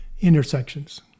intersections